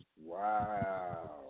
Wow